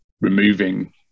removing